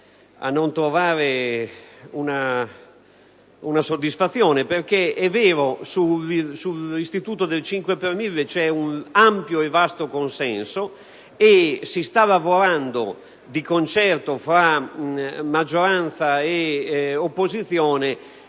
È vero che sull'istituto del 5 per mille ampio e vasto è il consenso e che si sta lavorando di concerto fra maggioranza e opposizione